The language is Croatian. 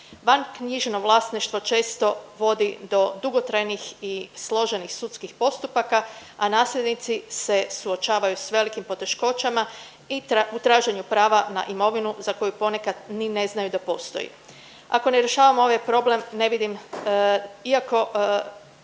Vanknjižno vlasništvo često vodi do dugotrajnih i složenih sudskih postupaka, a nasljednici se suočavaju s velikim poteškoćama i u traženju prava na imovinu za koju ponekad ni ne znaju da postoji. Ako ne rješavamo ovaj problem ne vidim, iako